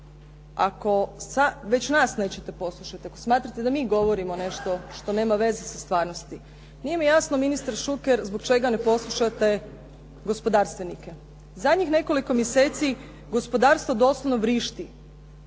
ako već nas nećete poslušati, ako smatrate da mi govorimo nešto što nema veze sa stvarnosti, nije mi jasno ministar Šuker zbog čega ne poslušate gospodarstvenike. Zadnjih nekoliko mjeseci gospodarstvo doslovno vrišti.